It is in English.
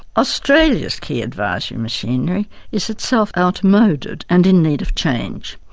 australia's key advisory machinery is itself outmoded and in need of change.